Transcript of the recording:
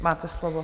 Máte slovo.